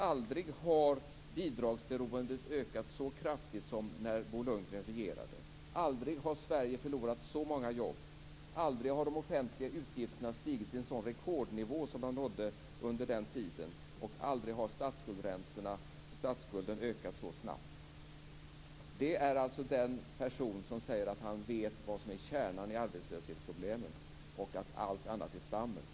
Aldrig har bidragsberoendet ökat så kraftigt som när Bo Lundgren regerade. Aldrig har Sverige förlorat så många jobb. Aldrig har de offentliga utgifterna stigit till en sådan rekordnivå som under den tiden och aldrig har statsskuldräntorna och statsskulden ökat så snabbt. Detta är alltså den person som säger att han vet vad som är kärnan i arbetslöshetsproblemet och att allt annat är svammel.